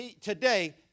today